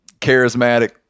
charismatic